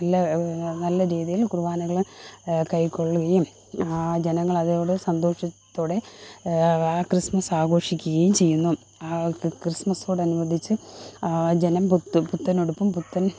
നല്ല നല്ല രീതിയില് കുറുബാനകള് കൈക്കൊള്ളുകയും ജനങ്ങളതോട് സന്തോഷത്തോടെ ആ ക്രിസ്മസാഘോഷിക്കുകയും ചെയ്യുന്നു ക്രിസ്മസോടനുബന്ധിച്ച് ജനം പുത്ത് പുത്തനുടുപ്പും പുത്തന്